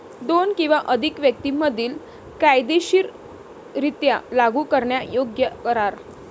दोन किंवा अधिक व्यक्तीं मधील कायदेशीररित्या लागू करण्यायोग्य करार